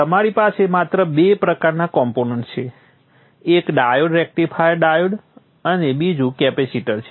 તમારી પાસે માત્ર બે પ્રકારના કોમ્પોનન્ટ્સ છે એક ડાયોડ રેક્ટિફાયર ડાયોડ અને બીજુ કેપેસિટર છે